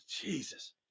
jesus